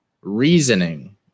reasoning